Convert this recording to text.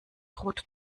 droht